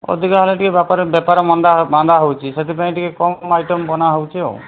ଅଧିକା ହେଲେ ଟିକେ ବାପାର ବେପାର ମାନ୍ଦା ମାନ୍ଦା ହେଉଛି ସେଥିପାଇଁ ଟିକେ କମ୍ ଆଇଟମ୍ ବନା ହେଉଛି ଆଉ